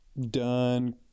done